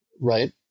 right